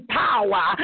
power